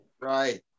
Right